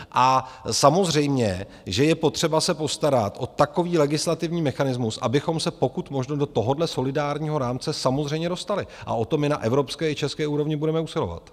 A samozřejmě je potřeba se postarat o takový legislativní mechanismus, abychom se pokud možno do tohoto solidárního rámce samozřejmě dostali, a o to my na evropské i české úrovni budeme usilovat.